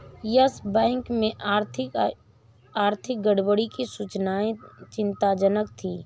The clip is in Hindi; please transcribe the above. यस बैंक में आर्थिक गड़बड़ी की सूचनाएं चिंताजनक थी